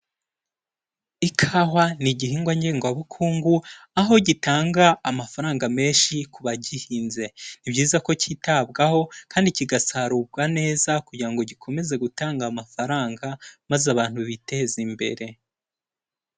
Ikawa ni igihingwa ngengabukungu, aho gitanga amafaranga menshi ku bagihinze, ni byiza ko cyitabwaho kandi kigasarurwa neza kugira ngo gikomeze gutanga amafaranga, maze abantu biteze imbere.